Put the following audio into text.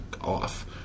off